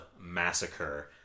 Massacre